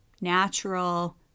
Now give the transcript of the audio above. natural